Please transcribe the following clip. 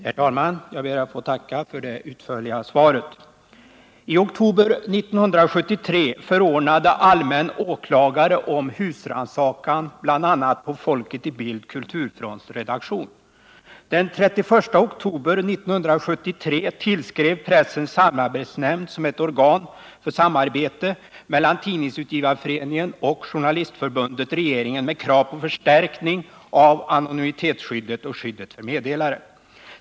Herr talman! Jag ber att få tacka för det utförliga svaret. I oktober 1973 förordnade allmänne åklagaren om husrannsakan bl.a. på Folket i Bild kulturfronts redaktion. Den 31 oktober 1973 tillskrev Pressens samarbetsnämnd, som är ett organ för samarbete mellan Tidningsutgivareföreningen och Journalistförbundet, regeringen med krav på förstärkning av anonymitetsskyddet och skyddet för meddelare.